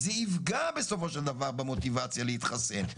זה יפגע בסופו של דבר במוטיבציה להתחסן.